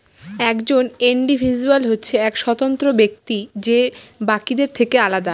একজন ইন্ডিভিজুয়াল হচ্ছে এক স্বতন্ত্র ব্যক্তি যে বাকিদের থেকে আলাদা